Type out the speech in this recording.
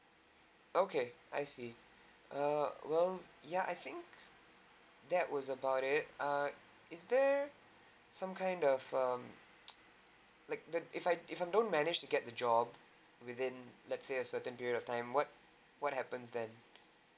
okay I see err well ya I think that was about it uh is there some kind of um like like if I if I don't manage to get a job within um let's say a certain period of time what what happens then